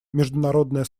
международное